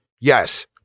Yes